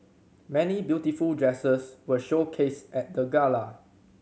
many beautiful dresses were showcased at the gala